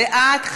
בעד,